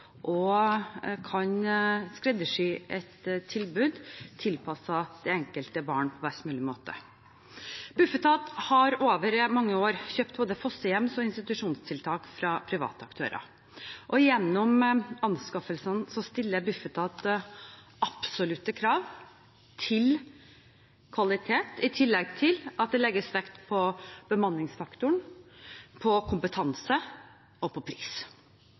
og kan skreddersy et tilbud tilpasset det enkelte barn på best mulig måte. Bufetat har over mange år kjøpt både fosterhjems- og institusjonstiltak fra private aktører. Gjennom anskaffelsene stiller Bufetat absolutte krav til kvalitet, i tillegg til at det legges vekt på bemanningsfaktoren, på kompetanse og på pris.